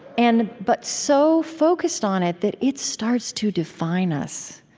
and but so focused on it that it starts to define us,